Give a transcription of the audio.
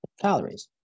calories